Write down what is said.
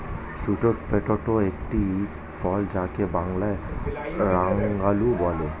sweet potato একটি ফল যাকে বাংলায় রাঙালু বলে